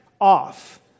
off